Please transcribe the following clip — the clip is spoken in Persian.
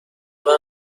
برای